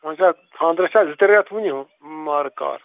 وۄنۍ چھا خانٛدرس چھےٚ زٕ ترٛےٚ رٮ۪تھ وٕنہِ وارٕ کارٕ